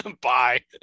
Bye